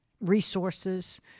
resources